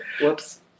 Whoops